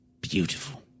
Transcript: beautiful